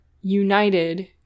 united